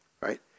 right